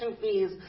fees